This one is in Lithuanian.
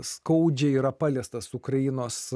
skaudžiai yra paliestas ukrainos